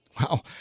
Wow